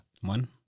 One